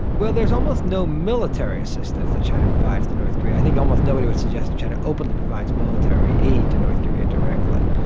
well, there's almost no military assistance that china provides to north korea. i think almost nobody would suggest china openly provides military aid to north korea directly.